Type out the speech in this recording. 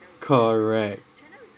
correct